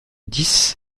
dix